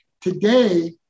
Today